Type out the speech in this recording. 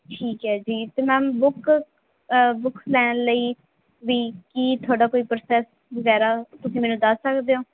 ਠੀਕ ਹੈ ਜੀ ਅਤੇ ਮੈਮ ਬੁੱਕ ਬੁੱਕਸ ਲੈਣ ਲਈ ਵੀ ਕੀ ਤੁਹਾਡਾ ਕੋਈ ਪ੍ਰੋਸੈਸ ਵਗੈਰਾ ਤੁਸੀਂ ਮੈਨੂੰ ਦੱਸ ਸਕਦੇ ਹੋ